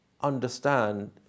understand